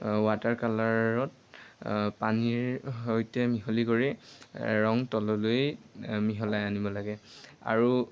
water কালাৰত পানীৰ সৈতে মিহলি কৰি ৰং তললৈ মিহলাই আনিব লাগে আৰু